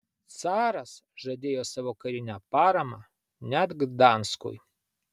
caras žadėjo savo karinę paramą net gdanskui